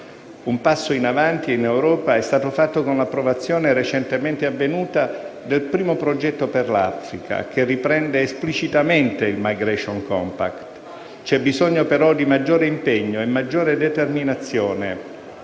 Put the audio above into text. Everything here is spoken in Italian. Un passo in avanti in Europa è stato fatto con l'approvazione, recentemente avvenuta, del primo progetto per l'Africa che riprende esplicitamente il *migration compact*. C'è bisogno, però, di un impegno e di una determinazione